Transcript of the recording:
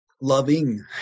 loving